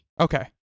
okay